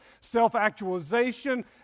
self-actualization